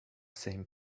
same